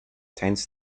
tends